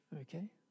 Okay